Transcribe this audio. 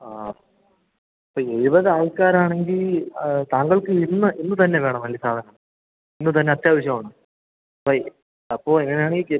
ആ ഇപ്പം എഴുപതാൾക്കാരാണെങ്കിൽ താങ്കൾക്കിന്ന് ഇന്ന് തന്നെ വേണം അല്ലേൽ സാധനം ഇന്ന് തന്നെ അത്യാവശ്യമാണ് വൈ അപ്പോൾ എങ്ങനാണി കെ